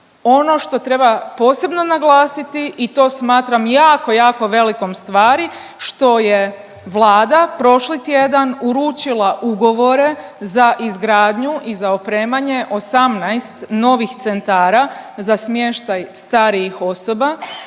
Ono što treba posebno naglasiti i to smatram jako, jako veliko stvari, što je Vlada prošli tjedan uručila ugovore za izgradnju i za opremanje 18 novih centara za smještaj starijih osoba,